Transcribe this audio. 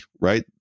right